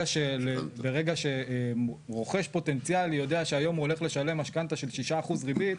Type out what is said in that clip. ברגע שרוכש פוטנציאלי יודע שהוא הולך לשלם משכנתא של 6% ריבית,